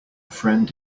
friend